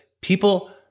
people